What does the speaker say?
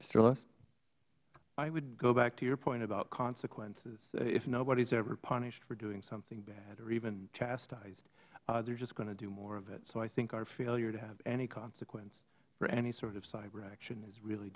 lewis i would go back to your point about consequences if nobody is ever punished for doing something bad or even chastised they are just going to do more of it so i think our failure to have any consequence for any sort of cyber action is really